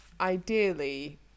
ideally